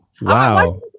Wow